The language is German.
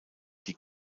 die